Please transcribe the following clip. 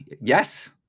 yes